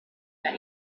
that